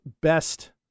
best